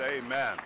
Amen